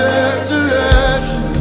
resurrection